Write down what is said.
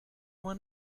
want